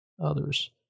others